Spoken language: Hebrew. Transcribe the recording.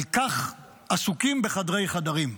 על כך עסוקים בחדרי-חדרים.